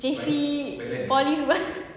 J_C poly semua